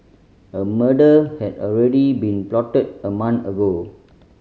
a murder had already been plotted a month ago